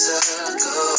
ago